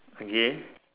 again